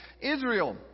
Israel